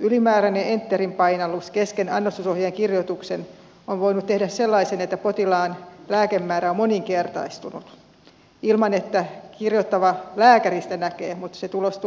ylimääräinen enterin painallus kesken annostusohjeen kirjoituksen on voinut tehdä sen että potilaan lääkemäärä on moninkertaistunut ilman että kirjoittava lääkäri sitä näkee mutta se tulostuu apteekissa potilaalle